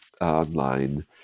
online